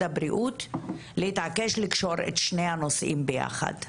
הבריאות להתעקש לקשור את שני הנושאים ביחד.